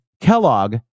Kellogg